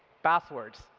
passwords,